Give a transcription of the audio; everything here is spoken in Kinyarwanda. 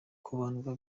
kubandwa